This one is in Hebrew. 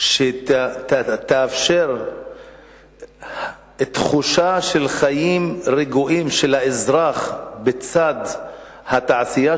שתאפשר באמת תחושה של חיים רגועים של האזרח בצד התעשייה,